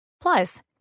Plus